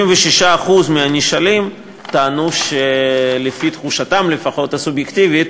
76% מהנשאלים טענו שלפי תחושתם הסובייקטיבית